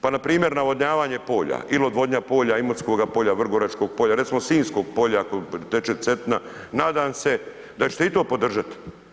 Pa npr. navodnjavanje polja ili odvodnja polja Imotskoga polja, Vrgoračkog polja, recimo Sinjskog polja kojim teče Cetina, nadam se da ćete i to podržati.